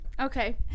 Okay